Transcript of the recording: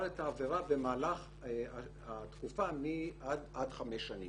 את העבירה במהלך התקופה עד חמש שנים.